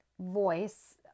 voice